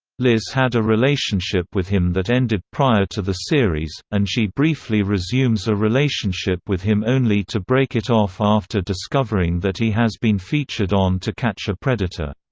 liz had a relationship with him that ended prior to the series, and she briefly resumes a relationship with him only to break it off after discovering that he has been featured on to catch a predator.